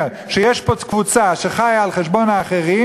שיש פה קבוצה שחיה על חשבון האחרים,